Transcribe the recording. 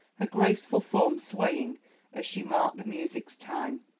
her graceful form swaying as she marked the music's time.